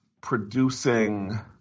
producing